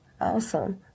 Awesome